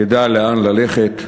ידע לאן ללכת,